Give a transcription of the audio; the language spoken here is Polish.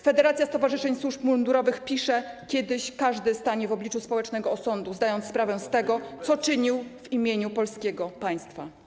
Federacja Stowarzyszeń Służb Mundurowych RP pisze: Kiedyś każdy stanie w obliczu społecznego osądu, zdając sprawę z tego, co czynił w imieniu polskiego państwa.